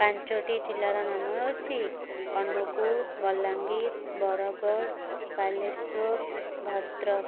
ପାଞ୍ଚଟି ଜିଲ୍ଲାର ନାମ ହେଉଛି ଅନୁଗୁଳ ବଲାଙ୍ଗୀରି ବରଗଡ଼ ବାଲେଶ୍ଵର ଭଦ୍ରକ